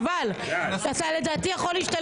עשה עבודה מדהימה.